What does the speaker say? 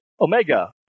Omega